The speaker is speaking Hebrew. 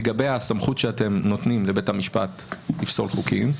לגבי הסמכות שאתם נותנים לבית המשפט לפסול חוקים.